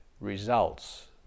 results